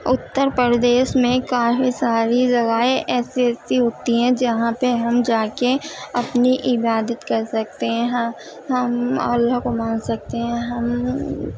اتر پردیش میں کافی ساری جگہیں ایسی ایسی ہوتی ہیں جہاں پہ ہم جا کے اپنی عبادت کر سکتے ہیں ہاں ہم اللہ کو مان سکتے ہیں ہم